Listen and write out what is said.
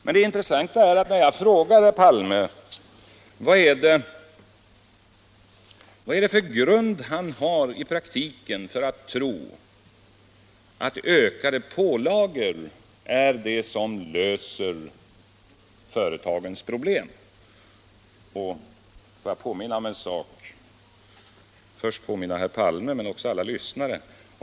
Men jag frågade herr Palme vad det är för grund han har i praktiken för att tro att ökade pålagor löser företagens problem. Får jag först påminna herr Palme men också alla andra lyssnare om en sak.